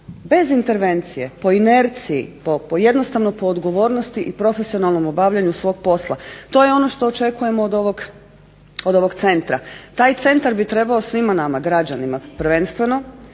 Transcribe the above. bez intervencije, po inerciji, jednostavno po odgovornosti i profesionalnog obavljanju svog posla. To je ono što očekujemo od ovog centra. Taj centar bi trebao svima nama, građanima prvenstveno,